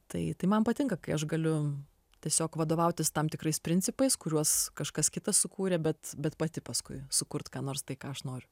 tai tai man patinka kai aš galiu tiesiog vadovautis tam tikrais principais kuriuos kažkas kitas sukūrė bet bet pati paskui sukurt ką nors tai ką aš noriu